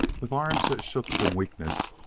with arms that shook from weakness,